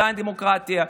עדיין דמוקרטיה,